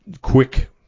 quick